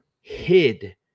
hid